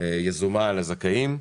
יזומה לזכאים.